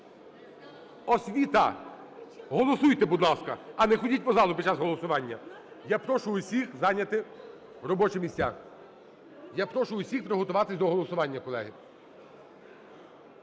Освіта! Голосуйте, будь ласка, а не ходіть по залу під час голосування. Я прошу усіх зайняти робочі місця. Я прошу усіх приготуватися до голосування, колеги.